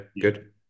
good